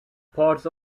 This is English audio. pods